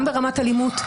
גם ברמת אלימות.